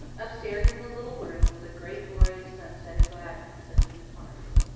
up-stairs in the little room was a great glory of sunset and gladness of human hearts.